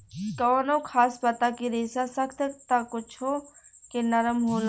कवनो खास पता के रेसा सख्त त कुछो के नरम होला